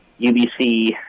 UBC